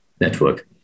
Network